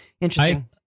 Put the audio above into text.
Interesting